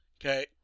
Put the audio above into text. Okay